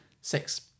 six